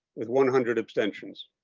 with one hundred abstentions.